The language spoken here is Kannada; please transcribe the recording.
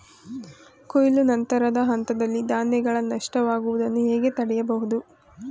ಕೊಯ್ಲು ನಂತರದ ಹಂತದಲ್ಲಿ ಧಾನ್ಯಗಳ ನಷ್ಟವಾಗುವುದನ್ನು ಹೇಗೆ ತಡೆಯಬಹುದು?